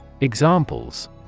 Examples